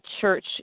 church